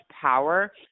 power